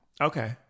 Okay